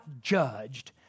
judged